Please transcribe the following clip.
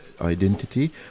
identity